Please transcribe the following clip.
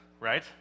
right